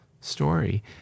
story